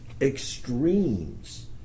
extremes